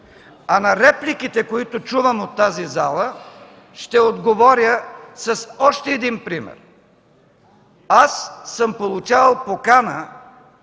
На репликите, които чувам от тази зала, ще отговоря с още един пример. Получавал съм покана